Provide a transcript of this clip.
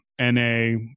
na